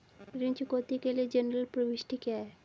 ऋण चुकौती के लिए जनरल प्रविष्टि क्या है?